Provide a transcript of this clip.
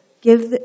give